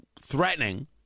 threatening